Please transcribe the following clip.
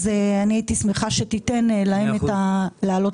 אז אני הייתי שמחה שתיתן להם להעלות